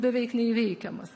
beveik neįveikiamas